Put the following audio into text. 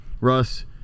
russ